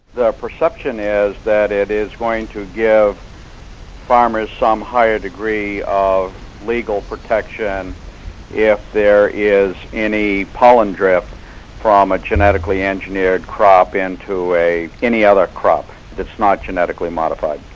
the perception is that it is going to give farmers some higher degree of legal protection if there is any pollen drift from a genetically-engineered crop into any other crop that's not genetically modified.